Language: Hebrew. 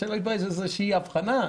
איזושהי אבחנה.